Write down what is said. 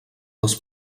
les